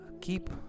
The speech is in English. keep